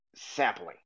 Sampling